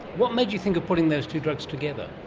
what made you think of putting those two drugs together?